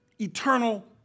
eternal